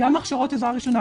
עזרה ראשונה,